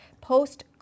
post